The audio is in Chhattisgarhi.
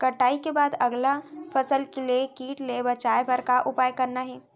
कटाई के बाद अगला फसल ले किट ले बचाए बर का उपाय करना हे?